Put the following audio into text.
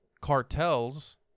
cartels